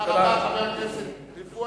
תודה רבה, חבר הכנסת טיבי.